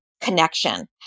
connection